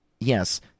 Yes